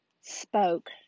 spoke